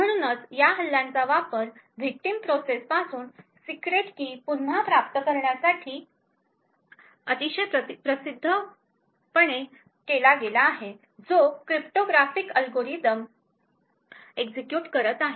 म्हणूनच या हल्ल्यांचा वापर विक्टिम प्रोसेसपासून सीक्रेट की पुन्हा प्राप्त करण्यासाठी अतिशय प्रसिद्धपणे केला गेला आहे जो क्रिप्टोग्राफिक अल्गोरिदम एक्झिक्युट करत आहे